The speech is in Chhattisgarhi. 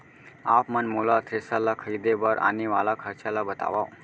आप मन मोला थ्रेसर ल खरीदे बर आने वाला खरचा ल बतावव?